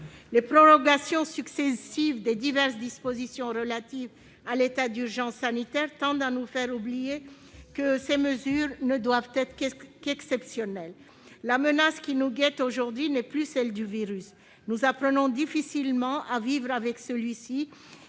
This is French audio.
Les prolongations successives des diverses dispositions relatives à l'état d'urgence sanitaire tendent à nous faire oublier que ces mesures ne doivent qu'être exceptionnelles. La menace qui nous guette aujourd'hui n'est plus celle du virus. Nous apprenons difficilement à vivre avec celui-ci,